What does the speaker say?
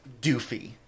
doofy